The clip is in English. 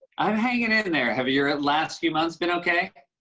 i'm hanging in and there. have your last few months been okay?